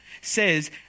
says